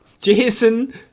Jason